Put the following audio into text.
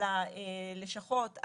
על הלשכות,